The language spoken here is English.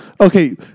Okay